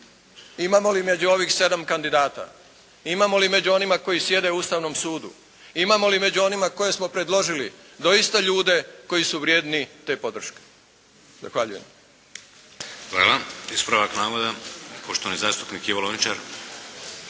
imamo li među ovih 7 kandidata, imamo li među onima koji sjede u Ustavnom sudu, imamo li među onima koje smo predložili doista ljude koji su vrijedni te podrške. Zahvaljujem.